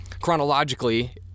chronologically